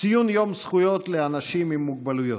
יום זכויות לאנשים עם מוגבלויות,